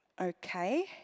Okay